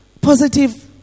positive